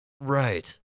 Right